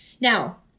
now